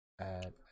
add